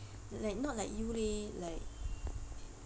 like not like you leh like